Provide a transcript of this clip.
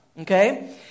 okay